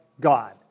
God